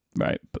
right